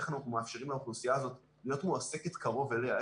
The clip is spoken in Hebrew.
איך אנחנו מאפשרים לאוכלוסייה הזאת להיות מועסקת קרוב אליה,